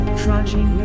trudging